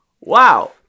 Wow